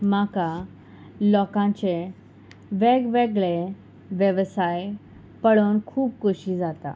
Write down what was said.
म्हाका लोकांचे वेगवेगळे वेवसाय पळोवन खूब खोशी जाता